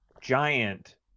giant